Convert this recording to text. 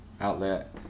outlet